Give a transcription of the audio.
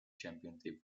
championship